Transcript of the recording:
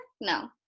No